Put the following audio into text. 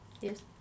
Yes